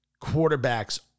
quarterbacks